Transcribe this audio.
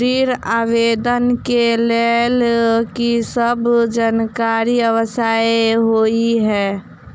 ऋण आवेदन केँ लेल की सब जानकारी आवश्यक होइ है?